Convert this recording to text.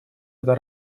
эта